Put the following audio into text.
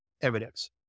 evidence